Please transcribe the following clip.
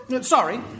Sorry